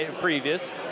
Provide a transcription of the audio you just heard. previous